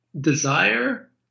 desire